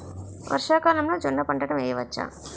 వర్షాకాలంలో జోన్న పంటను వేయవచ్చా?